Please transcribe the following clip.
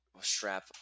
strap